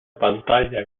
pantalla